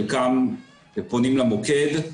חלקם פונים למוקד,